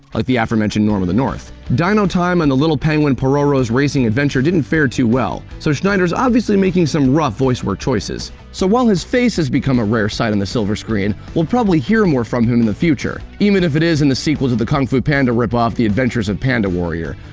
like the aforementioned norm of the north. dino time and the little penguin pororo's racing adventure didn't fare too well, so schneider's obviously making some rough voicework choices. so while his face has become a rare sight on the silver screen, we'll probably hear more from him in the future. even if it is in the sequel to the kung-fu panda ripoff, the adventures of panda warrior.